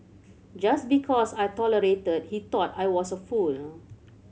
just because I tolerated he thought I was a fool